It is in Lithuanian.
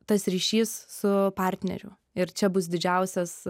tas ryšys su partneriu ir čia bus didžiausias